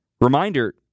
reminder